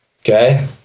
Okay